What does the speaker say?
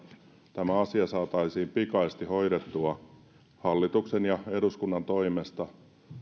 tämä asia saataisiin pikaisesti hoidettua hallituksen ja eduskunnan toimesta